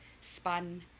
spun